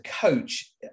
coach